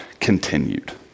continued